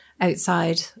outside